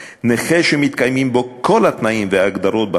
נכה שמתקיימים בו כל התנאים וההגדרות בחוקים